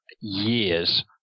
Years